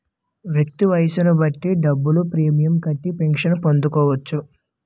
వ్యక్తి వయస్సును బట్టి డబ్బులు ప్రీమియం కట్టి పెన్షన్ పొందవచ్చు